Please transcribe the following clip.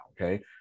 okay